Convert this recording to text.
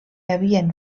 havien